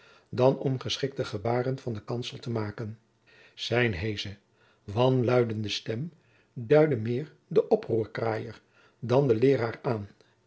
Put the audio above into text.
dan om geschikte gebaarden van den kansel te maken zijne heesche wanluidende stem duidde meer den oproerkraaier dan den leeraar aan